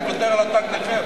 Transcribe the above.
אני מוותר על תג נכה.